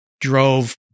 drove